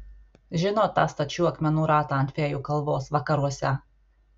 žinot tą stačių akmenų ratą ant fėjų kalvos vakaruose